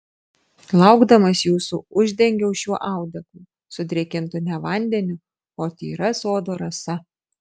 laukdamas jūsų uždengiau šiuo audeklu sudrėkintu ne vandeniu o tyra sodo rasa